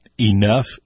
enough